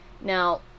Now